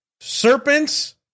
serpents